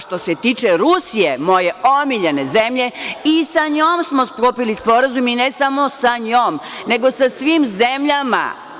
Što se tiče Rusije, moje omiljene zemlje i sa njom smo sklopili sporazum, i ne samo sa njom nego sa svim zemljama.